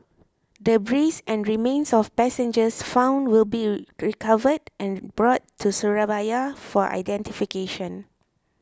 debris and remains of passengers found will be recovered and brought to Surabaya for identification